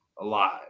alive